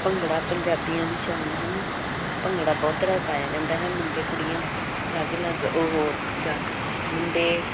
ਭੰਗੜਾ ਪੰਜਾਬੀਆਂ ਦੀ ਸ਼ਾਨ ਹਨ ਭੰਗੜਾ ਬਹੁਤ ਤਰ੍ਹਾਂ ਪਾਇਆ ਜਾਂਦਾ ਹੈ ਮੁੰਡੇ ਕੁੜੀਆਂ ਅਲੱਗ ਅਲੱਗ ਉਹ ਜਾ ਮੁੰਡੇ